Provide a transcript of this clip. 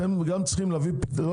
אתם גם צריכים פתרון,